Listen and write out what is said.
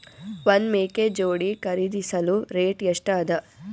ಒಂದ್ ಮೇಕೆ ಜೋಡಿ ಖರಿದಿಸಲು ರೇಟ್ ಎಷ್ಟ ಅದ?